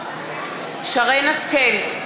השכל,